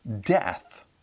death